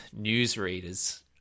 newsreaders